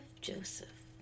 Joseph